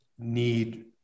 need